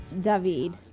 David